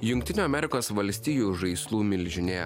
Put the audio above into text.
jungtinių amerikos valstijų žaislų milžinė